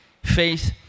faith